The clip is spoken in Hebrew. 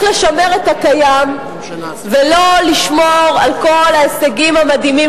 לשמר את הקיים ולא לשמור על כל ההישגים המדהימים